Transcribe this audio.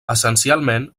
essencialment